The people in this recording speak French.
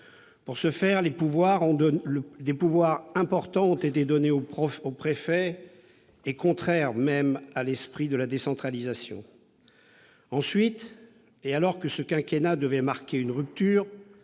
Pour ce faire, des pouvoirs importants étaient donnés aux préfets, au rebours de l'esprit même de la décentralisation. Ensuite, alors que ce quinquennat devait marquer une rupture,